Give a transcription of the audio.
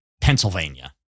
Pennsylvania